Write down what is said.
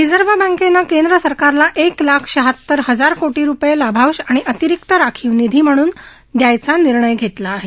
reserve बँकनं केंद्र सरकारला एक लाख श्यहात्तर हजार कोटी रुपये लाभांश आणि अतिरिक्त राखीव निधी म्हणून द्यायचा निर्णय घेतला आहे